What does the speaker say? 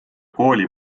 kooli